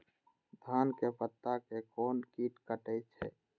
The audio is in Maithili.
धान के पत्ता के कोन कीट कटे छे?